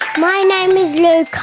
my name name is